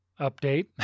update